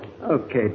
Okay